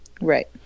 Right